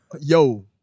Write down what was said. Yo